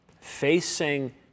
facing